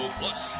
plus